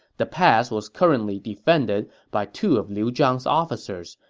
the pass was currently defended by two of liu zhang's officers,